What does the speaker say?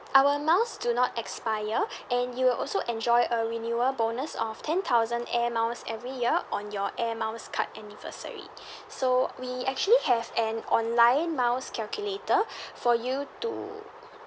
our miles do not expire and you will also enjoy a renewal bonus of ten thousand air miles every year on your air miles card anniversary so we actually have an online miles calculator for you to